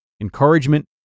Encouragement